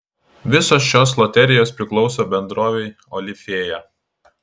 visos šios loterijos priklauso bendrovei olifėja